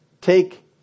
take